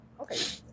Okay